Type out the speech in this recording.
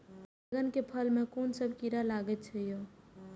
बैंगन के फल में कुन सब कीरा लगै छै यो?